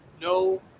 no